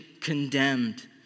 condemned